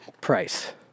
Price